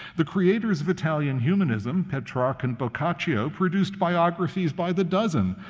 the creators of italian humanism, petrarch and boccaccio, produced biographies by the dozen.